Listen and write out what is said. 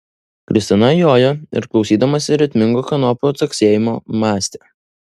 kristina jojo ir klausydamasi ritmingo kanopų caksėjimo mąstė